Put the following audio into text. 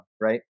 right